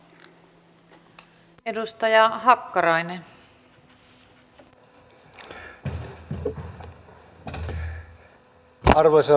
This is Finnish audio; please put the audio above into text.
arvoisa rouva puhemies